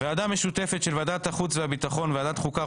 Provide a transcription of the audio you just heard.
ועדה משותפת של ועדת החוץ והביטחון וועדת חוקה,